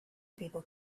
people